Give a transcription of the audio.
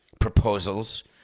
proposals